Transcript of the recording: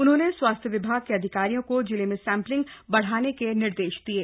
उन्होंने स्वास्थ्य विभाग के अधिकारियों को जिले में सैम्पलिंग बढ़ाने के निर्देश दिये